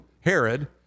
Herod